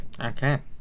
okay